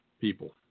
people